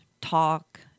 talk